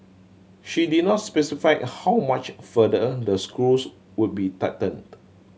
she did not specify how much further the screws would be tightened